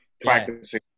practicing